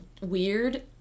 weird